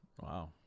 wow